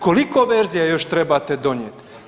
Koliko verzija još trebate donijeti?